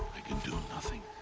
i can do nothing.